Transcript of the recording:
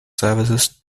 service